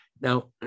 Now